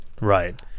right